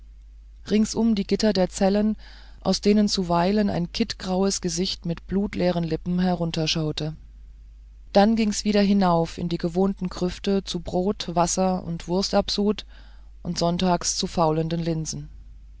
ringsum die gitter der zellen aus denen zuweilen ein kittgraues gesicht mit blutleeren lippen herunterschaute dann ging's wieder hinauf in die gewohnten grüfte zu brot wasser und wurstabsud und sonntags zu faulenden linsen